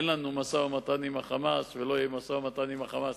אין לנו משא-ומתן עם ה"חמאס" ולא יהיה משא-ומתן עם ה"חמאס",